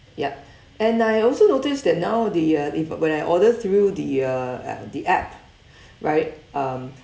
yup and I also noticed that now the uh if when I order through the uh a~ the app right um